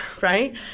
right